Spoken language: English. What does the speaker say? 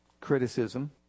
criticism